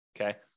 okay